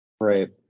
Right